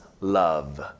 love